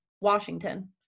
Washington